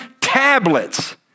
tablets